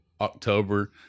October